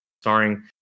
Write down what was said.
starring